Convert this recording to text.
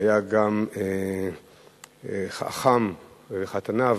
היו גם החם וחתניו,